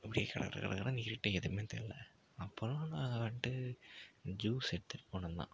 அப்படியே கட கட கட கடன்னு இருட்டு எதுவுமே தெரில அப்போல்லாம் நான் வந்துட்டு ஜுஸ் எடுத்துகிட்டு போனேன் நான்